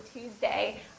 Tuesday